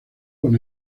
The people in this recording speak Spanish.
con